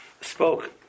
spoke